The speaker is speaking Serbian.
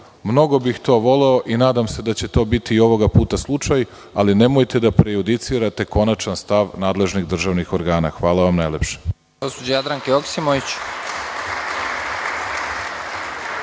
Mnogo bih to voleo i nadam se da će to biti i ovoga puta slučaj, ali nemojte da prejudicirate konačan stav nadležnih državnih organa. Hvala vam najlepše.